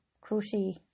crochet